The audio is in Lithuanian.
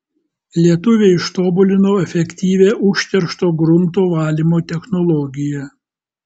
lietuviai ištobulino efektyvią užteršto grunto valymo technologiją